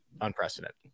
unprecedented